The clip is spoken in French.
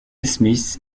smith